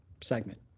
segment